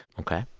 ok?